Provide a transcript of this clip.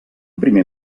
primer